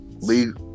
Leave